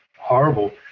horrible